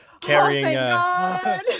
carrying